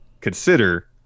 consider